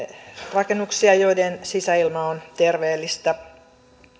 rakennuksia joiden sisäilma on terveellistä